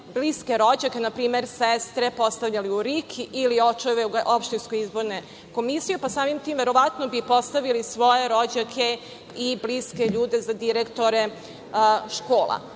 bliske rođake, na primer sestre, postavljali u RIK ili očeve u OIK, pa samim tim verovano bi postavili svoje rođake i bliske ljude za direktore škola?